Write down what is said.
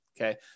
Okay